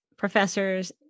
professors